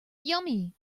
yummy